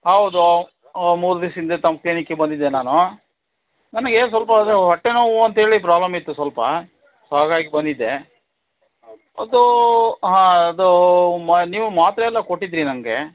ಹೌದು ಮೂರು ದಿವಸ ಹಿಂದೆ ತಮ್ಮ ಕ್ಲಿನಿಕ್ಗೆ ಬಂದಿದ್ದೆ ನಾನು ನನಗೆ ಸ್ವಲ್ಪ ಅದು ಹೊಟ್ಟೆನೋವು ಅಂತೇಳಿ ಪ್ರಾಬ್ಲಮ್ ಇತ್ತು ಸ್ವಲ್ಪ ಸೊ ಹಾಗಾಗಿ ಬಂದಿದ್ದೆ ಅದು ಹಾಂ ಅದು ನೀವು ಮಾತ್ರೆಯೆಲ್ಲ ಕೊಟ್ಟಿದ್ದಿರಿ ನನಗೆ